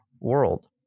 world